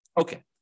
Okay